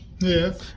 Yes